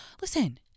listen